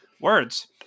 words